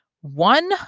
one